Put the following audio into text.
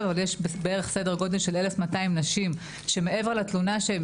אבל יש סדר גודל של 1200 נשים שמעבר לתלונה שהן